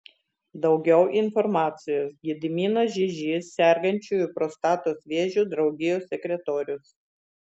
daugiau informacijos gediminas žižys sergančiųjų prostatos vėžiu draugijos sekretorius